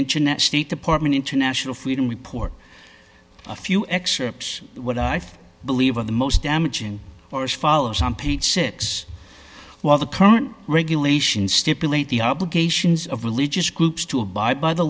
internet state department international freedom report a few excerpts what i feel believe are the most damaging or as follows on page six while the current regulations stipulate the obligations of religious groups to abide by the